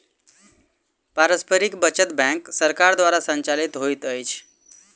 पारस्परिक बचत बैंक सरकार द्वारा संचालित होइत अछि